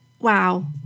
Wow